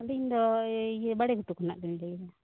ᱟᱹᱞᱤᱧᱫᱚ ᱤᱭᱮ ᱵᱟᱲᱮᱜᱷᱩᱴᱩ ᱠᱷᱚᱱᱟᱜ ᱞᱤᱧ ᱞᱟ ᱭᱮᱫᱟ